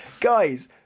Guys